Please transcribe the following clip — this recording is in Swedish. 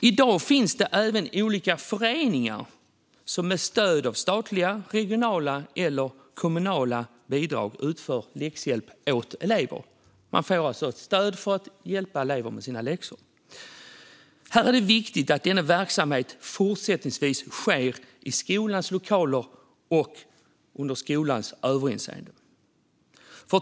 I dag finns det även olika föreningar som med stöd av statliga, regionala eller kommunala bidrag ger läxhjälp åt elever. De får alltså stöd för att hjälpa eleverna med deras läxor. Här är det viktigt att verksamheten fortsättningsvis sker i skolans lokaler och under skolans överinseende.